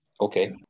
Okay